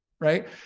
right